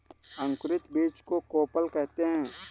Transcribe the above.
अंकुरित बीज को कोपल कहते हैं